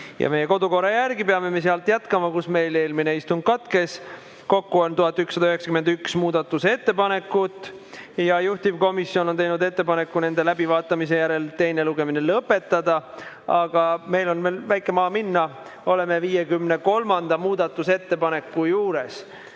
etapis. Kodukorra järgi peame jätkama sealt, kus meil eelmine istung katkes. Kokku on 1191 muudatusettepanekut ja juhtivkomisjon on teinud ettepaneku nende läbivaatamise järel teine lugemine lõpetada. Aga meil on veel väike maa minna, oleme 53. muudatusettepaneku juures.